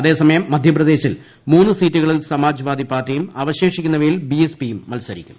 അതേസമയം മധ്യപ്രദേശിൽ മൂന്ന് സീറ്റുകളിൽ സമാജ്വാദി പാർട്ടിയും അവശേഷിക്കുന്നവയിൽ ബി എസ് പിയും മത്സരിക്കും